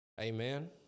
Amen